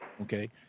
Okay